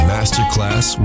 Masterclass